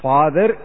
Father